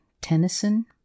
Tennyson